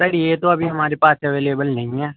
سر یہ تو ابھی ہمارے پاس اویلیبل نہیں ہے